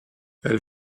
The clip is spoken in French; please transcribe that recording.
elle